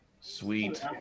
sweet